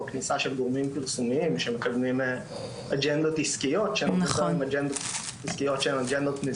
כניסה של גורמים פרסומיים שמקדמים אג'נדות עסקיות שהן אג'נדות מזיקות